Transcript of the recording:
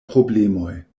problemoj